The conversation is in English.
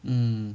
mm